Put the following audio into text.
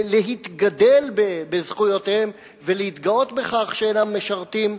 להתגדל בזכויותיהם ולהתגאות בכך שאינם משרתים.